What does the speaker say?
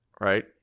right